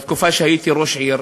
בתקופה שהייתי ראש עיר,